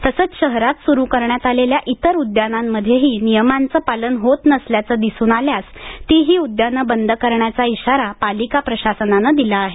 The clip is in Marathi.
तसंच शहरात सुरू करण्यात आलेल्या इतर उद्यानांमध्येही नियमांचं पालन होत नसल्याचं दिसून आल्यास तीही उद्यानं बंद करण्याचा इशारा पालिका प्रशासनाने दिला आहे